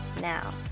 now